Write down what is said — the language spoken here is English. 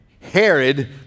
Herod